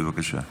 בבקשה.